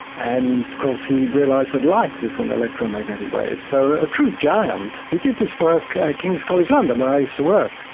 and of course he realised that light is an electromagnetic wave. so, a true giant. he did this work at king's college london where i used to work.